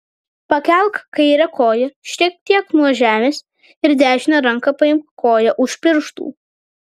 pakelk kairę koją šiek tiek nuo žemės ir dešine ranka paimk koją už pirštų